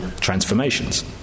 transformations